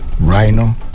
rhino